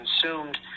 consumed